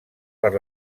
per